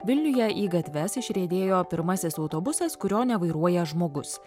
vilniuje į gatves išriedėjo pirmasis autobusas kurio nevairuoja žmogus